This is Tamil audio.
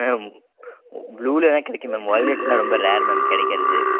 மேம் ப்ளூவில் வேணா கிடைக்கும் மேம் ஒயிலட்டுலாம் ரொம்ப ரேரு மேம் கிடைக்கிறது